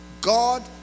God